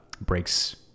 breaks